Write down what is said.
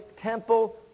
temple